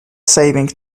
saving